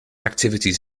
activities